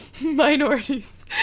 minorities